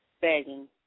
begging